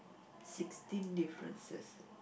sixteen differences